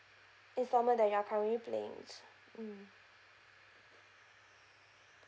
installment that you're currently paying mm